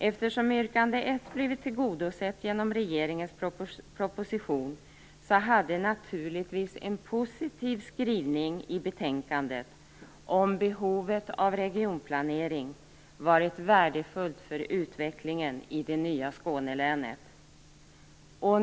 Eftersom yrkande 1 har blivit tillgodosett genom regeringens proposition hade naturligtvis en positiv skrivning i betänkandet om behovet av regionplanering varit värdefull för utvecklingen i det nya Skånelänet.